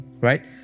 Right